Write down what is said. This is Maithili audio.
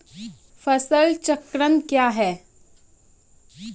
फसल चक्रण कया हैं?